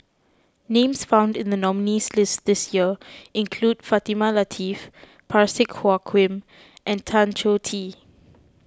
names found in the nominees' list this year include Fatimah Lateef Parsick Joaquim and Tan Choh Tee